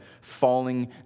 falling